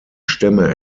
stämme